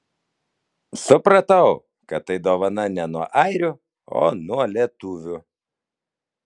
supratau kad tai dovana ne nuo airių o nuo lietuvių